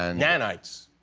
ah nanites?